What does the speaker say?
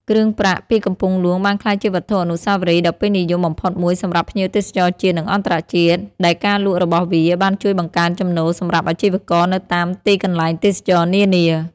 គ្រឿងប្រាក់ពីកំពង់ហ្លួងបានក្លាយជាវត្ថុអនុស្សាវរីយ៍ដ៏ពេញនិយមបំផុតមួយសម្រាប់ភ្ញៀវទេសចរណ៍ជាតិ និងអន្តរជាតិ ដែលការលក់របស់វាបានជួយបង្កើនចំណូលសម្រាប់អាជីវករនៅតាមទីកន្លែងទេសចរណ៍នានា។